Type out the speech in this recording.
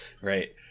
Right